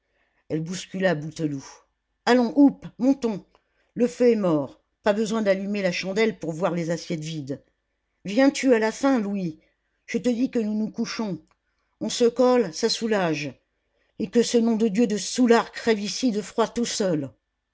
elle bouscula bouteloup allons houp montons le feu est mort pas besoin d'allumer la chandelle pour voir les assiettes vides viens-tu à la fin louis je te dis que nous nous couchons on se colle ça soulage et que ce nom de dieu de saoulard crève ici de froid tout seul